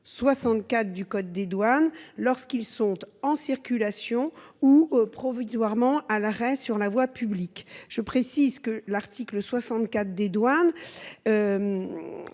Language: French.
64 du code des douanes lorsqu'ils sont en circulation ou provisoirement à l'arrêt sur la voie publique, je précise que l'article 64 d'Edward.